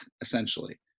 essentially